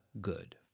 good